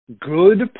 good